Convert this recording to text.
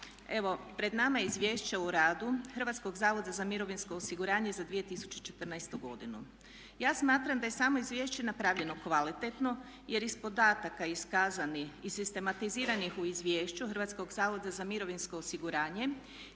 Evo pred nama je Izvješće o radu Hrvatskog zavoda za mirovinsko osiguranje za 2014. godinu. Ja smatram da je samo izvješće napravljeno kvalitetno jer iz podataka iskazanih i sistematiziranih u izvješću HZMO-a vidljivo je da je